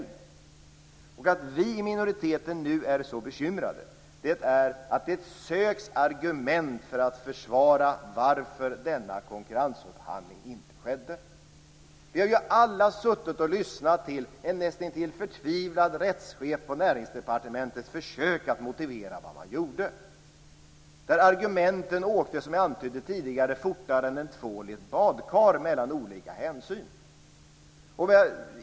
Anledningen till att vi i minoriteten nu är så bekymrade är att det söks argument för att försvara varför denna konkurrensupphandling inte skedde. Vi har ju alla suttit och lyssnat till en nästintill förtvivlad rättschef på Näringsdepartementet och dennes försök att motivera vad man gjorde. Argumenten åkte, som jag tidigare antytt, fortare än en tvål i ett badkar mellan olika hänsyn.